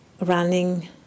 running